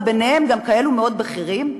וביניהם גם כאלו מאוד בכירים,